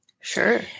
Sure